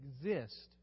exist